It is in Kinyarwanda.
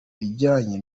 bijyanye